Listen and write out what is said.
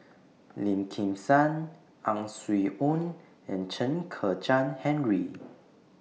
Lim Kim San Ang Swee Aun and Chen Kezhan Henri